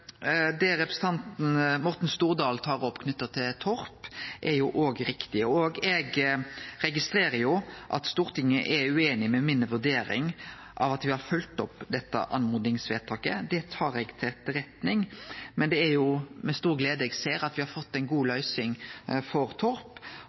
Stortinget er ueinig i mi vurdering av at me har følgt opp dette oppmodingsvedtaket. Det tar eg til etterretning, men det er med stor glede eg ser at me har fått ei god